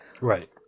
Right